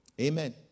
Amen